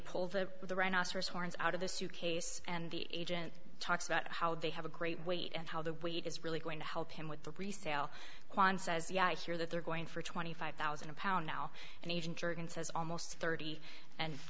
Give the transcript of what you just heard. horns out of the suitcase and the agent talks about how they have a great weight and how the weight is really going to help him with the resale kwan says yeah i hear that they're going for twenty five thousand a pound now and agent jurgen says almost thirty and